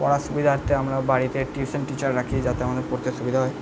পড়ার সুবিধার্থে আমরা বাড়িতে টিউশন টিচার রাখি যাতে আমাদের পড়তে সুবিধা হয়